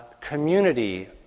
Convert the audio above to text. community